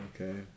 Okay